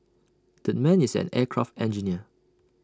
that man is an aircraft engineer